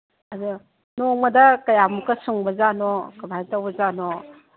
ꯑꯗꯣ ꯅꯣꯡꯃꯗ ꯀꯌꯥꯃꯨꯛꯀ ꯁꯨꯡꯕꯖꯥꯠꯅꯣ ꯀꯔꯃꯥꯏ ꯇꯧꯕꯖꯥꯠꯅꯣ